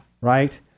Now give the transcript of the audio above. right